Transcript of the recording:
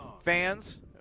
fans